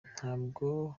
ntabwo